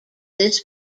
this